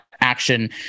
action